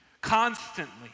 constantly